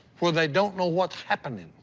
where they don't know what's happening.